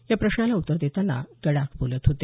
या प्रश्नाला उत्तर देताना गडाख बोलत होते